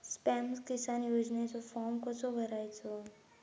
स्माम किसान योजनेचो फॉर्म कसो भरायचो?